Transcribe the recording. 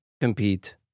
compete